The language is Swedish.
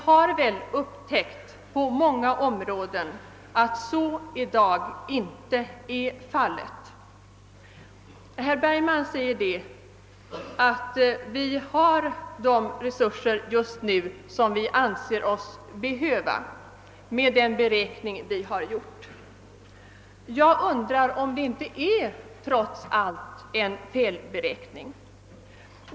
På många områden har vi väl upptäckt, att så inte är fallet i dag. Herr Bergman säger att vi enligt den beräkning som gjorts just nu har de resurser som vi behöver. Jag undrar om inte denna beräkning trots allt är felaktig.